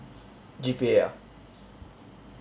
G_P_A ah